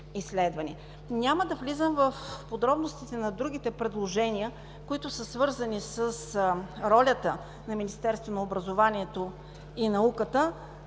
Няма да влизам в подробностите на другите предложения, които са свързани с ролята на Министерството на образованието и науката.